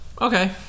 okay